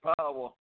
power